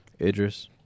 Idris